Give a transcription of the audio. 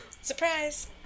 Surprise